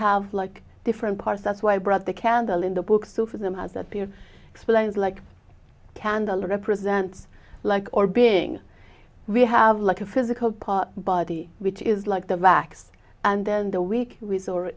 have like different parts that's why i brought the candle in the book so for them as a pure explained like candle represents like or being we have like a physical part body which is like the racks and then the week